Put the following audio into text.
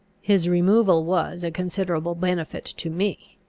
his removal was a considerable benefit to me.